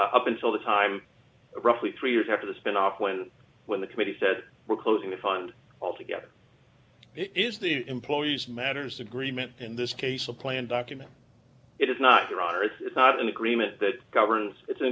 up until the time roughly three years after the spinoff when when the committee said we're closing the fund altogether is the employee's matters agreement in this case a plan document it is not your honor it's not an agreement that governs it's an